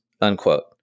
unquote